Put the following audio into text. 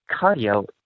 cardio